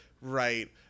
right